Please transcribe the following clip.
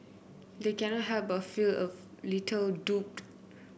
they cannot help but feel a little duped